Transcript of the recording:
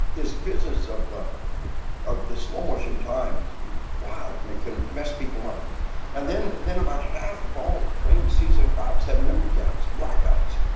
this business of the of the slow motion time is, wow, and that can mess people up and then then about half of all trained seasoned cops have memory gaps, blackouts.